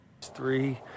Three